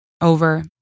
over